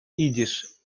идиш